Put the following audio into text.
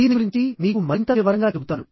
దీని గురించి మీకు మరింత వివరంగా చెబుతాను